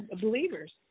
believers